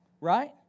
Right